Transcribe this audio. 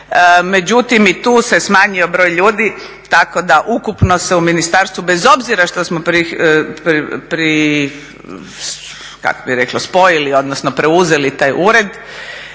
međutim i tu se smanjio broj ljudi, tako da ukupno se u ministarstvu, bez obzira što smo, kako bih rekla, spojili, odnosno preuzeli taj ured,